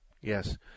Yes